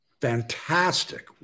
Fantastic